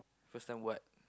first time what